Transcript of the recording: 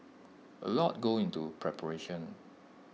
A lot go into preparation